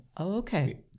okay